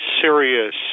serious